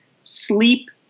sleep